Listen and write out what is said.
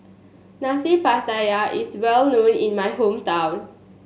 Nasi Pattaya is well known in my hometown